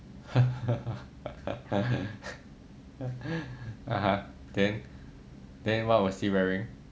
then then what was he wearing